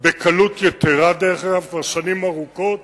בקלות יתירה דרך אגב כבר שנים ארוכות,